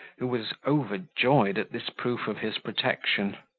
who was overjoyed at this proof of his protection.